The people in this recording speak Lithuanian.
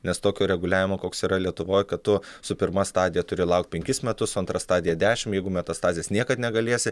nes tokio reguliavimo koks yra lietuvoj kad tu su pirma stadija turi laukt penkis metus su antra stadija dešimt jeigu metastazės niekad negalėsi